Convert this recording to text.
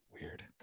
Weird